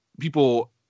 people –